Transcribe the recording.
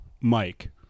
Mike